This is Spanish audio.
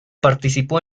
participó